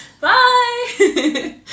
Bye